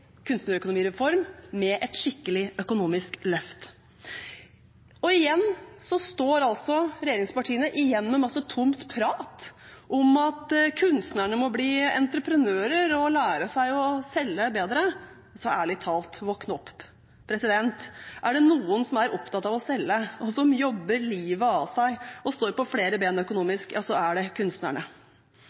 med et skikkelig økonomisk løft. Regjeringspartiene står altså igjen med mye tomt prat om at kunstnerne må bli entreprenører og lære seg å selge bedre. Ærlig talt: Våkn opp! Er det noen som er opptatt av å selge, og som jobber livet av seg og står på flere bein økonomisk, så er det kunstnerne.